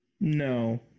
No